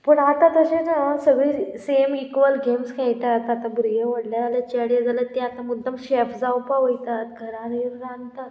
पूण आतां तशें ना सगळीं सेम इक्वल गेम्स खेळटात आतां भुरगे व्हडले जाल्यार चेडे जाल्यार ती आतां मुद्दम शेफ जावपा वयतात घरांनी रांदतात